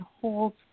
holds –